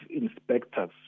inspectors